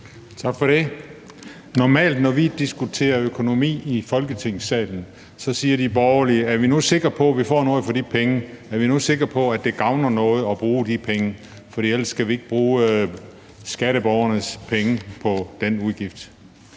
Tak for det. Normalt, når vi diskuterer økonomi i Folketingssalen, siger de borgerlige: Er vi nu sikre på, at vi får noget for de penge? Og er vi nu sikre på, at det gavner noget at bruge de penge? For ellers skal vi ikke bruge skatteborgernes penge på den udgift.